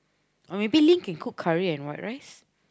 or maybe Lin can cook curry and white rice